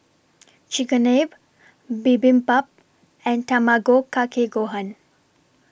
Chigenabe Bibimbap and Tamago Kake Gohan